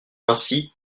ainsi